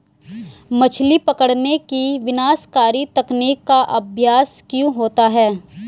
मछली पकड़ने की विनाशकारी तकनीक का अभ्यास क्यों होता है?